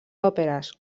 òperes